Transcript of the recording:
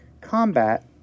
combat